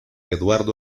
eduardo